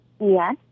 Yes